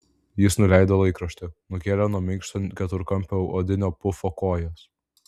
jis nuleido laikraštį nukėlė nuo minkšto keturkampio odinio pufo kojas